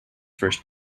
first